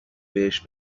بهش